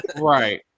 Right